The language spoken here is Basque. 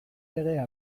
legea